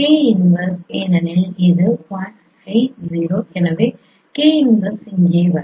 K inverse ஏனெனில் இது I 0 எனவே K இன்வெர்ஸ் இங்கே வரும்